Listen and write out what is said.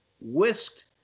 whisked